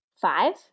five